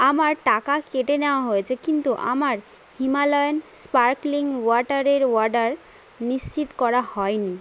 আমার টাকা কেটে নেওয়া হয়েছে কিন্তু আমার হিমালয়ান স্পার্কলিং ওয়াটারের অর্ডার নিশ্চিত করা হয় নি